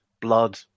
blood